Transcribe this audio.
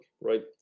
right